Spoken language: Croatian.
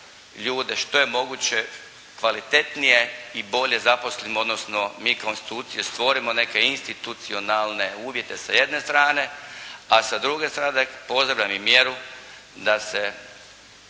ljude što je moguće kvalitetnije i bolje zaposlimo, odnosno mi kao institucije stvorimo neke institucionalne uvjete sa jedne strane, a sa druge strane pozdravljam i mjeru da se